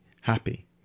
happy